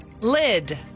Lid